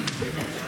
תודה רבה.